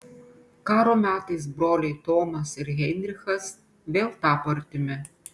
karo metais broliai tomas ir heinrichas vėl tapo artimi